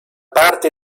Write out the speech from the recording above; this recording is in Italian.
parte